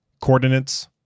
Coordinates